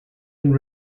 and